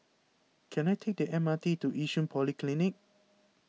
can I take the M R T to Yishun Polyclinic